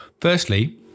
Firstly